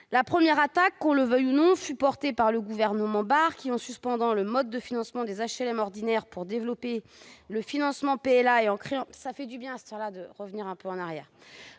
La première attaque, qu'on le veuille ou non, fut portée par le gouvernement Barre qui, en suspendant le mode de financement ordinaire des HLM pour développer le financement PLA, ... Ouh là ! Ça fait du bien à cette heure-ci de revenir un peu en arrière